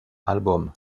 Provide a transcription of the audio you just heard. albums